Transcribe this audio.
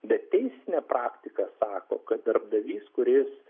bet teisinė praktika sako kad darbdavys kuris